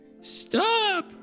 stop